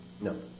No